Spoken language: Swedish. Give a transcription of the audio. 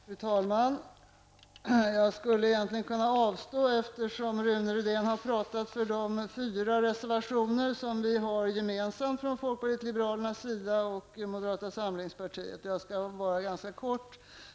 Fru talman! Jag skulle egentligen kunna avstå från att hålla något anförande eftersom Rune Rydén har talat för de fyra reservationer som är gemensamma för folkpartiet liberalerna och moderaterna. Jag skall fatta mig ganska kort.